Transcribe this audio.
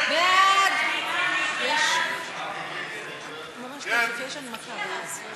ההסתייגות של קבוצת סיעת הרשימה המשותפת לסעיף